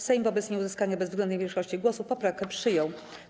Sejm wobec nieuzyskania bezwzględnej większości głosów poprawkę przyjął.